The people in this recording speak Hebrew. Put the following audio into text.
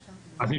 אנחנו,